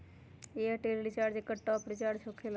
Airtel recharge एकर top off recharge होकेला?